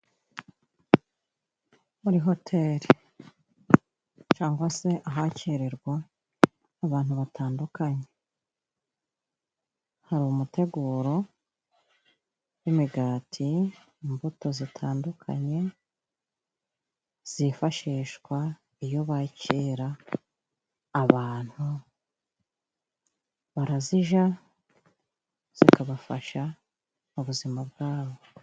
Muri hoteli cyangwa se ahakirirwa abantu batandukanye hari umuteguro w'imigati, imbuto zitandukanye zifashishwa iyo bakira abantu, barazirya zikabafasha mu buzima bwabo.